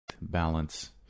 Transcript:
Balance